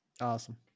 Awesome